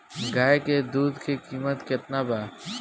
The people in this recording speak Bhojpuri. गाय के दूध के कीमत केतना बा?